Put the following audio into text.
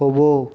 થોભો